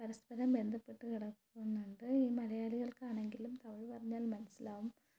പരസ്പരം ബന്ധപ്പെട്ട് കിടക്കുന്നുണ്ട് ഈ മലയാളികൾക്ക് ആണെങ്കിലും തമിഴ് പറഞ്ഞാൽ മനസ്സിലാകും